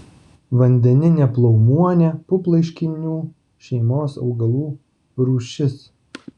vandeninė plaumuonė puplaiškinių šeimos augalų rūšis